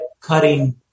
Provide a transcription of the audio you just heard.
cutting